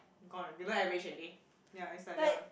gone below average already ya it's like that one